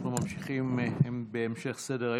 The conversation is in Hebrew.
אנחנו ממשיכים בסדר-היום,